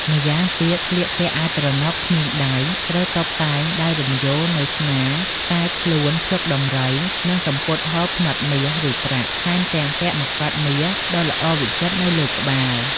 ម្យ៉ាងទៀត ស្លៀកពាក់អាវទ្រនាប់គ្មានដៃ ត្រូវតុបតែងដោយរំយោលនៅស្មា ខ្សែខ្លួន ភ្លុកដំរី និងសំពត់ហូលផ្នត់មាស ឬប្រាក់ ថែមទាំងពាក់មកុដមាសដ៏ល្អវិចិត្រនៅលើក្បាល។